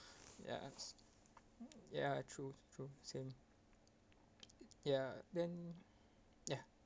yes ya true true same ya then ya